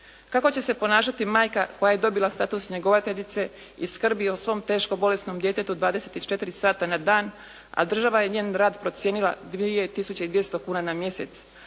Kako će se ponašati majka koja je dobila status njegovateljice i skrbi o svom teško bolesnom djetetu 24 sata na dan, a država je njen rad procijenila 2200 kuna na mjesec,